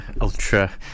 ultra